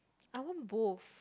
I want both